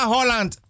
Holland